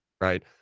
right